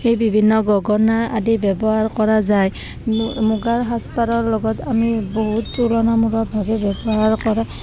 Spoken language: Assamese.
সেই বিভিন্ন গগনা আদি ব্যৱহাৰ কৰা যায় মুগাৰ সাজপাৰৰ লগত আমি বহুত তুলনামূলকভাৱে ব্যৱহাৰ কৰা